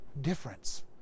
difference